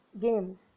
games